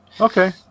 Okay